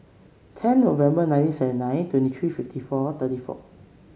ten November nineteen seven nine twenty three fifty four thirty four